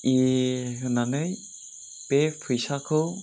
ए होननानै बे फैसाखौ